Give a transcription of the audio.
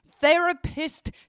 therapist